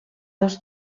dos